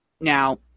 Now